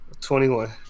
21